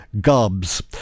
gobs